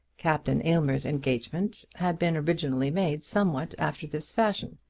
captain aylmer's engagement had been originally made somewhat after this fashion.